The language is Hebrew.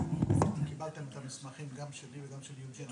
קיבלתם את המסמכים שלי ושל יוג'ין.